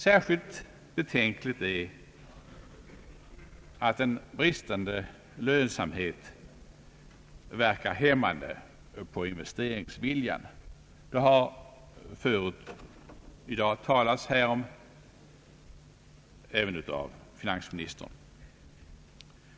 Särskilt betänkligt är att en bristande lönsamhet verkar hämmande på investeringsviljan. Det har förut i dag talats härom, även av finansministern.